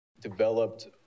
developed